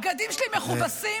הבגדים שלי מכובסים,